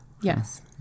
Yes